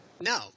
No